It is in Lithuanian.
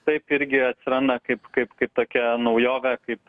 taip irgi atsiranda kaip kaip kaip tokia naujovė kaip